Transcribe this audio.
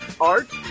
Art